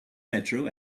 metro